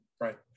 Right